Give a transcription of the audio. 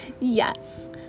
Yes